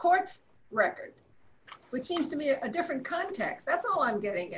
court's record which seems to me a different context that's all i'm getting